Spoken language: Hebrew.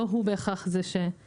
לא הוא בהכרח זה שמבצע אותן.